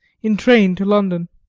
in train to london.